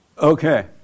Okay